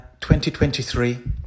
2023